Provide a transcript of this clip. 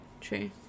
True